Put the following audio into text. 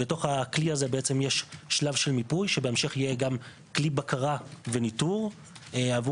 בתוך הכלי הזה יש שלב של מיפוי שבהמשך יהיה גם כלי בקרה וניטור עבור